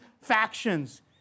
factions